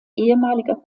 ehemaliger